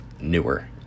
newer